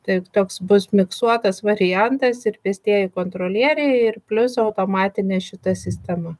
tik toks bus miksuotas variantas ir pėstieji kontrolieriai ir plius automatinė šita sistema